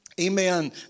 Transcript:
Amen